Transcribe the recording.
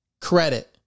credit